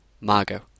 Margot